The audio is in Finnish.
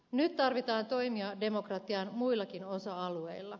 nyt tarvitaan toimia demokratian muillakin osa alueilla